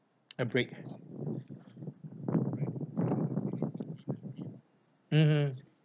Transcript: a break mmhmm